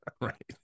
Right